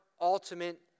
ultimate